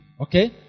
Okay